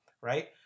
Right